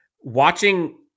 watching